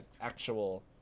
actual